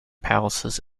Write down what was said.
palaces